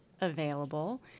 available